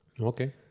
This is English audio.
Okay